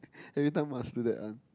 everytime must do that one